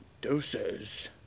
doses